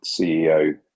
CEO